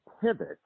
pivot